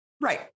right